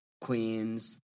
queens